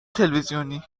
تلویزیونی